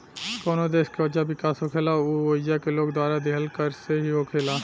कवनो देश के वजह विकास होखेला उ ओइजा के लोग द्वारा दीहल कर से ही होखेला